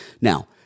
Now